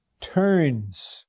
turns